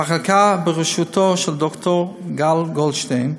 המחלקה, בראשותו של ד"ר גל גולדשטיין,